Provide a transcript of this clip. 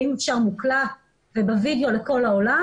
ואם אפשר מוקלט ובווידאו לכל העולם